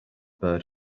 bird